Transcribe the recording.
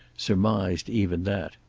surmised even that.